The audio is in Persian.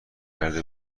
کرده